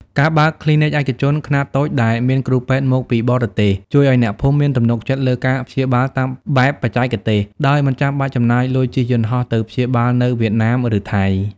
ការបើក "គ្លីនិកឯកជនខ្នាតតូច" ដែលមានគ្រូពេទ្យមកពីបរទេស ជួយឱ្យអ្នកភូមិមានទំនុកចិត្តលើការព្យាបាលតាមបែបបច្ចេកទេស ដោយមិនចាំបាច់ចំណាយលុយជិះយន្តហោះទៅព្យាបាលនៅវៀតណាម ឬថៃ។